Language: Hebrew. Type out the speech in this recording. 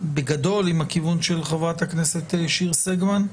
בגדול עם הכיוון של חברת הכנסת שיר סגמן?